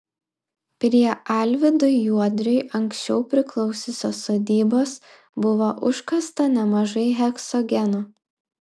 prie alvydui juodriui anksčiau priklausiusios sodybos buvo užkasta nemažai heksogeno